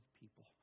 people